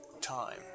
time